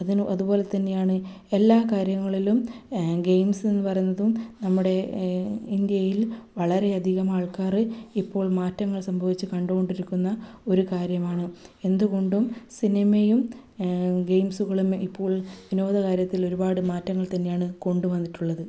അതിനു അതുപോലെതന്നെയാണ് എല്ലാ കാര്യങ്ങളിലും ഗെയിംസ് എന്നു പറയുന്നതും നമ്മുടെ ഇന്ത്യയിൽ വളരെ അധികം ആൾക്കാർ ഇപ്പോൾ മാറ്റങ്ങൾ സംഭവിച്ച് കണ്ടുകൊണ്ടിരിക്കുന്ന ഒരു കാര്യമാണ് എന്തുകൊണ്ടും സിനിമയും ഗെയിംസുകളും ഇപ്പോൾ വിനോദകാര്യത്തിൽ ഒരുപാട് മാറ്റങ്ങൾ തന്നെയാണ് കൊണ്ടുവന്നിട്ടുള്ളത്